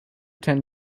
ten